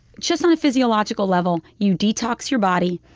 just on a physiological level, you detox your body,